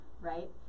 right